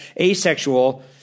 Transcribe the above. asexual